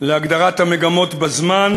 להגדרת המגמות בזמן,